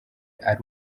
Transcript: ari